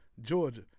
Georgia